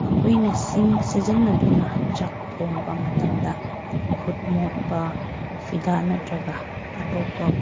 ꯑꯩꯈꯣꯏꯅ ꯁꯤꯡ ꯁꯤꯖꯤꯟꯅꯗꯨꯅ ꯆꯥꯛ ꯊꯣꯛꯕ ꯃꯇꯝꯗ ꯈꯨꯠ ꯃꯣꯠꯄ ꯐꯤꯗꯥ ꯅꯠꯇ꯭ꯔꯒ ꯑꯇꯣꯞꯄ